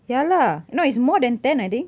ya lah no it's more than ten I think